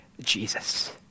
Jesus